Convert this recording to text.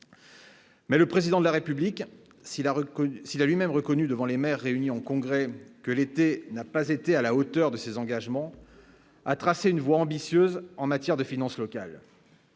Mais le président de la République s'il a reconnu qu'il a lui-même reconnu, devant les maires réunis en congrès que l'été n'a pas été à la hauteur de ses engagements à tracer une voie ambitieuse en matière de finances locales.